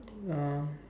um